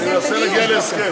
אני מנסה להגיע להסכם.